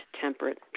temperate